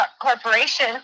Corporation